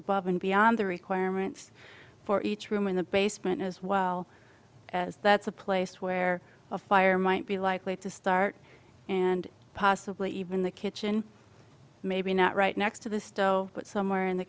above and beyond the requirements for each room in the basement as well as that's a place where a fire might be likely to start and possibly even the kitchen maybe not right next to the stove but somewhere in the